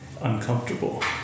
uncomfortable